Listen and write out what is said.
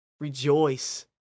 Rejoice